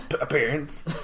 appearance